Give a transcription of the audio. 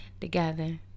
together